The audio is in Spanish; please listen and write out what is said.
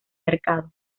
mercado